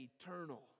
eternal